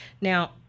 Now